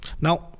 Now